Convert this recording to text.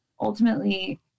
ultimately